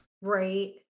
Right